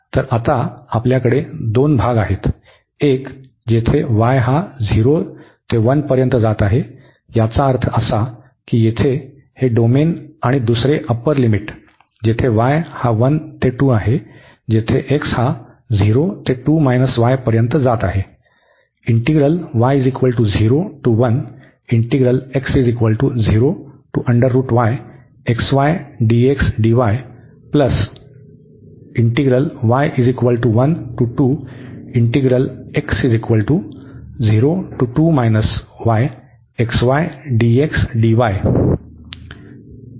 तर आता आपल्याकडे दोन भाग आहेत एक जेथे y हा 0 ते 1 पर्यंत जात आहे याचा अर्थ असा की येथे हे डोमेन आणि दुसरे अप्पर लिमिट जेथे y हा 1 ते 2 आहे जेथे x हा 0 ते 2 y पर्यंत जात आहे